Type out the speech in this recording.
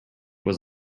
was